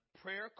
Prayer